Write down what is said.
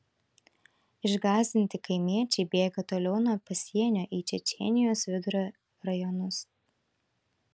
išgąsdinti kaimiečiai bėga toliau nuo pasienio į čečėnijos vidurio rajonus